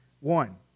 One